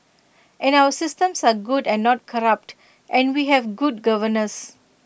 and our systems are good and not corrupt and we have good governance